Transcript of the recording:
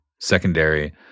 Secondary